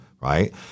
right